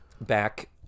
back